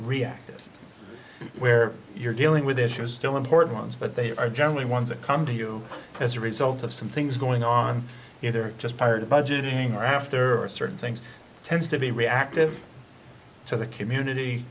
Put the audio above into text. reactive where you're dealing with issues still important ones but they are generally ones that come to you as a result of some things going on either just prior to budgeting or after or certain things tends to be reactive to the community